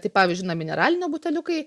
tai pavyzdžiui na mineralinio buteliukai